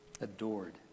adored